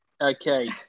Okay